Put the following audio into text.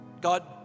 God